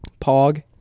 Pog